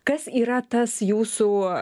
kas yra tas jūsų